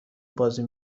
بازی